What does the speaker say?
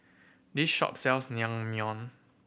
this shop sells Naengmyeon